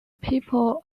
people